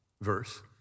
verse